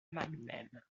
magdeleine